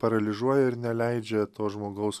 paralyžiuoja ir neleidžia to žmogaus